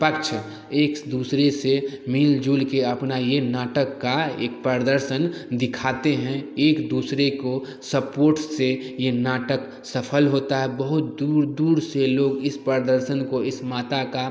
पक्ष एक दूसरे से मिल जुल के अपना ये नाटक का एक प्रदर्शन दिखाते हैं एक दूसरे को सपोर्ट से ये नाटक सफल होता है बहुत दूर दूर से लोग इस प्रदर्शन को इस माता का